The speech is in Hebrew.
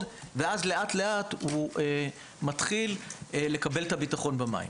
ואז לאט-לאט הוא מתחיל לקבל את הביטחון במים.